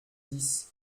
dix